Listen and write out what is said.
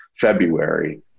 February